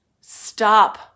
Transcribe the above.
stop